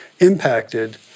impacted